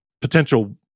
potential